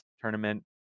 tournament